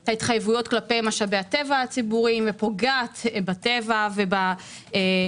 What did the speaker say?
את ההתחייבות כלפי משאבי הטבע הציבוריים ופוגעת בטבע ומייצרת